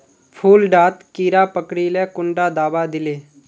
फुल डात कीड़ा पकरिले कुंडा दाबा दीले?